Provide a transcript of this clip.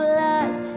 lies